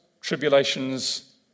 tribulations